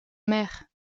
maire